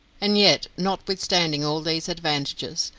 and yet, notwithstanding all these advantages,